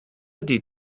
ydy